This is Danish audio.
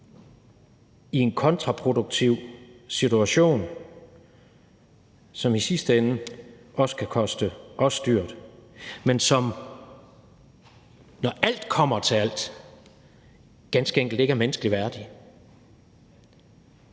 i en kontraproduktiv situation, som i sidste ende også kan koste os dyrt, men som, når alt kommer til alt, ganske enkelt ikke er menneskeligt værdig.